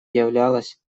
являлось